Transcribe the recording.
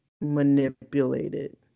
manipulated